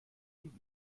sie